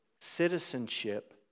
citizenship